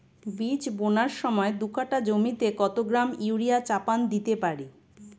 বীজ বোনার সময় দু কাঠা জমিতে কত গ্রাম ইউরিয়া চাপান দিতে পারি?